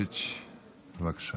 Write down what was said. חבר הכנסת יואב סגלוביץ'.